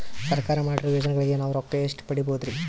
ಸರ್ಕಾರ ಮಾಡಿರೋ ಯೋಜನೆಗಳಿಗೆ ನಾವು ರೊಕ್ಕ ಎಷ್ಟು ಪಡೀಬಹುದುರಿ?